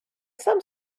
some